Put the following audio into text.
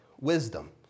wisdom